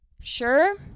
Sure